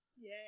yay